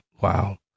Wow